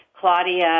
Claudia